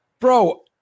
Bro